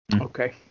okay